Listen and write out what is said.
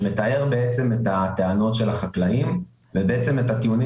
שמתאר את הטענות של החקלאים ואת הטיעונים